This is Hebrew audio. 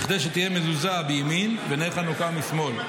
כדי שתהיה מזוזה מימין ונר חנוכה משמאל.